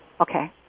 Okay